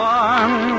one